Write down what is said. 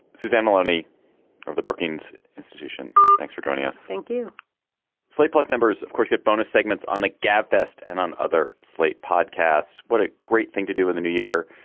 suzanne maloney of the brookings institution, thanks for joining us. thank you slate plus members, of course, get bonus segments on the gabfest and on other slate podcasts. what a great thing to do in the new year.